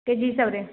KG ହିସାବରେ